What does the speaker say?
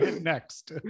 next